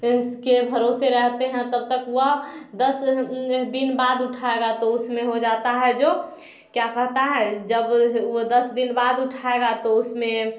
इसके भरोसे रहते हैं तब तक वह दस दिन बाद उठाएगा तो उसमें हो जाता है जो क्या होता है जब वो दस दिन बाद उठाएगा तो उसमें